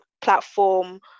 platform